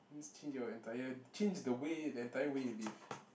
just change your entire change the way the entire way you live